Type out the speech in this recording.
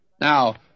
Now